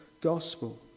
gospel